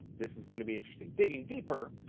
this is going to be interesting. digging deeper,